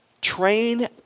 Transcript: train